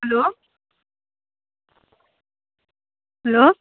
hello hello